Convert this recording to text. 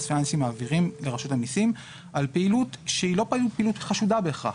פיננסי מעבירים לרשות המיסים על פעילות שהיא לא פעילות חשודה בהכרח.